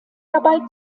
dabei